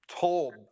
Told